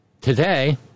Today